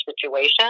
situation